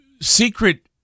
secret